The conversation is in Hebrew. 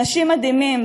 אנשים מדהימים,